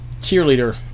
cheerleader